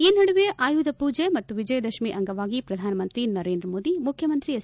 ಈ ನಡುವೆ ಆಯುಧ ಪೂಜೆ ಮತ್ತು ವಿಜಯದಶಮಿ ಅಂಗವಾಗಿ ಪ್ರಧಾನಮಂತ್ರಿ ನರೇಂದ್ರ ಮೋದಿ ಮುಖ್ಯಮಂತ್ರಿ ಎಚ್